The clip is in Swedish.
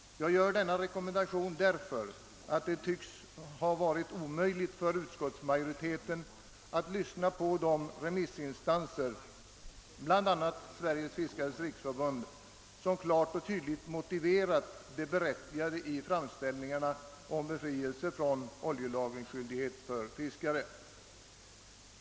Jag gör denna rekommendation därför att det tycks ha varit omöjligt för utskottsmajoriteten att lyssna på de remissinstanser, bl.a. Sveriges Fiskares riksförbund, som klart 'och tydligt motiverat det berättigade i framställningarna om befrielse från oljelagringsskyldigheten för fiskare.